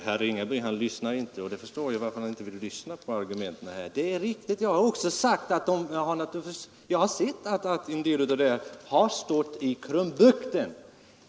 Herr talman! Herr Ringaby lyssnar inte, och jag förstår varför han inte vill lyssna på argumenten. Jag har, som jag sade, sett att en del av det här har stått i Krumbukten.